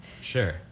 Sure